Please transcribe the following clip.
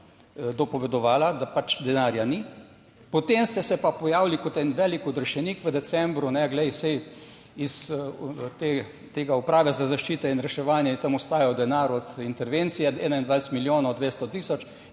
dopovedovala, da pač denarja ni. Potem ste se pa pojavili kot en velik odrešenik v decembru, glej, saj iz te Uprave za zaščito in reševanje je tam ostajal denar od intervencije 21 milijonov 200 tisoč,